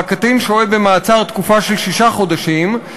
והקטין שוהה במעצר תקופה של שישה חודשים,